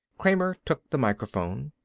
kramer took the microphone.